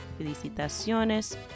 felicitaciones